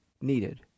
needed